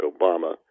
Obama